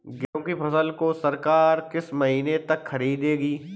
गेहूँ की फसल को सरकार किस महीने तक खरीदेगी?